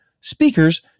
speakers